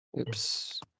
Oops